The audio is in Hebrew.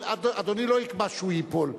אדוני לא יקבע שהוא ייפול.